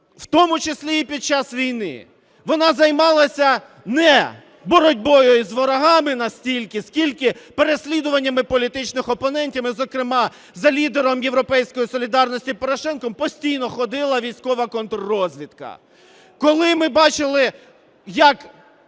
в тому числі і під час війни, вона займалася не боротьбою із ворогами настільки, скільки переслідуваннями політичних опонентів і, зокрема, за лідером "Європейської солідарності" Порошенком постійно ходила військова контррозвідка. Коли ми бачили, як